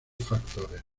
factores